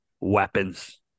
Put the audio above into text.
weapons